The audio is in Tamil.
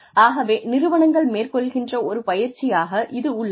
ஆகவே நிறுவனங்கள் மேற்கொள்கின்ற ஒரு பயிற்சியாக இது உள்ளது